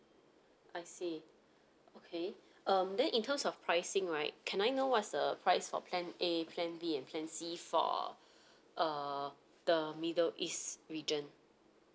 I see okay um then in terms of pricing right can I know what's the price for plan A plan B and plan C for uh the middle east region